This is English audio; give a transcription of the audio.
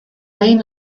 main